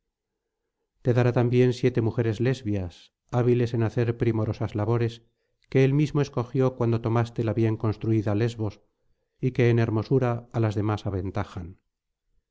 te dará también siete mujeres lesbias hábiles en hacer primorosas labores que él mismo escogió cuando tomaste la bien construida lesbos y que en hermosura á las demás aventajaban